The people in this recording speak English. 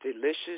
delicious